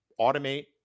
automate